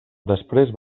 després